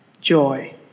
joy